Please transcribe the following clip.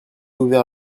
ouvert